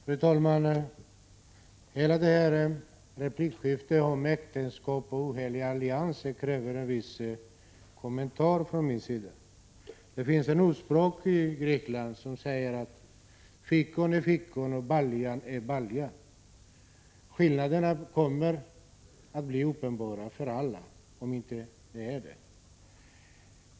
Fru talman! Replikskiftet om äktenskap och ohelig allians kräver en viss kommentar från min sida. Det finns ett ordspråk i Grekland som säger att fikon är fikon och balja är balja. Skillnaderna kommer att bli uppenbara för alla, om de inte redan är det.